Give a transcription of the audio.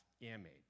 image